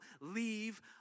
leave